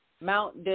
mount